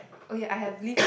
okay I have lived